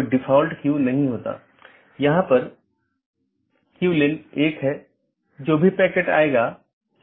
BGP साथियों के बीच एक सेशन खोलने के लिए है दूसरा अपडेट है BGP साथियों के बीच राउटिंग जानकारी को सही अपडेट करना